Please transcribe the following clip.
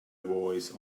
voice